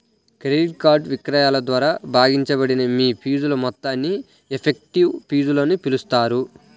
credit card విక్రయాల ద్వారా భాగించబడిన మీ ఫీజుల మొత్తాన్ని ఎఫెక్టివ్ ఫీజులని పిలుస్తారు